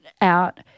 out